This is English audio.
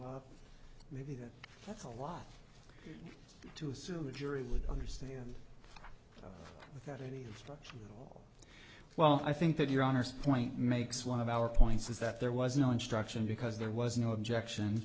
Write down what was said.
up maybe that that's a lot to assume the jury would understand without any structure well i think that your honour's point makes one of our points is that there was no instruction because there was no objection